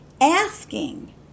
Asking